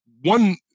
one